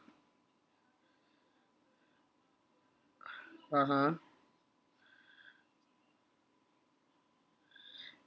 (uh huh)